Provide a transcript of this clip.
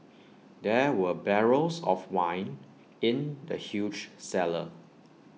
there were barrels of wine in the huge cellar